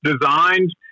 designed